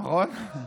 נכון?